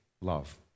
love